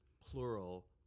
plural